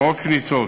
מאות כניסות,